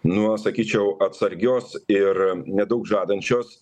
nuo sakyčiau atsargios ir nedaug žadančios